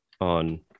on